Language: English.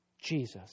Jesus